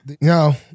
no